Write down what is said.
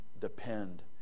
depend